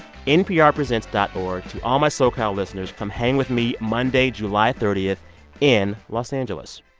nprpresents dot org. to all my socal listeners, come hang with me monday, july thirty ah in los angeles